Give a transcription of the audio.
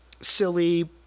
silly